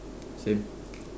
same